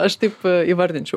aš taip įvardinčiau